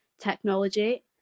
technology